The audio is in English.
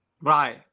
Right